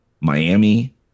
Miami